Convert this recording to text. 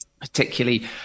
particularly